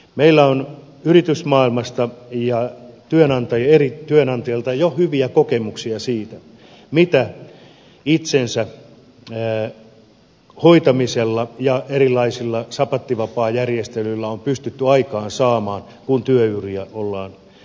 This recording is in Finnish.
meillä on yritysmaailmasta ja työnantajilta jo hyviä kokemuksia siitä mitä itsensä hoitamisella ja erilaisilla sapattivapaajärjestelyillä on pystytty aikaansaamaan kun työ uria on pidennetty